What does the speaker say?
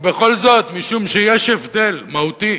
ובכל זאת, משום שיש הבדל מהותי